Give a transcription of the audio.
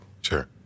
Sure